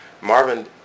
Marvin